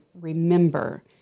remember